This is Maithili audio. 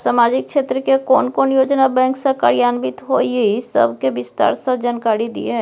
सामाजिक क्षेत्र के कोन कोन योजना बैंक स कार्यान्वित होय इ सब के विस्तार स जानकारी दिय?